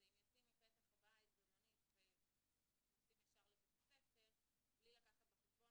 זה אם יוצאים מפתח הבית במונית ונוסעים ישר לבית הספר בלי לקחת בחשבון